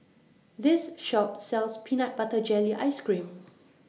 This Shop sells Peanut Butter Jelly Ice Cream